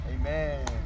Amen